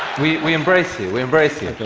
we we embrace you, we embrace you.